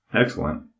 Excellent